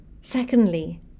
secondly